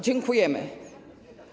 Dziękujemy.